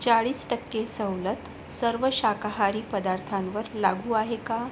चाळीस टक्के सवलत सर्व शाकाहारी पदार्थांवर लागू आहे का